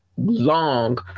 long